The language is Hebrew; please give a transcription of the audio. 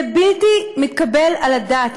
זה בלתי מתקבל על הדעת.